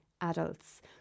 adults